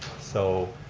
so